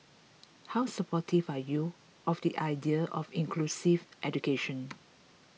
how supportive are you of the idea of inclusive education